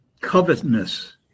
Covetousness